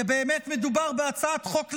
כי באמת מדובר בהצעת חוק ליצנית,